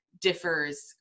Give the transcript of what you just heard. differs